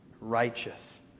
righteous